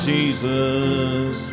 Jesus